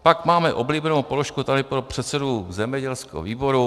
Pak máme oblíbenou položku tady pro předsedu zemědělského výboru.